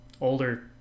older